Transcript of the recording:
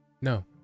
No